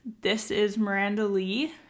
thisismirandalee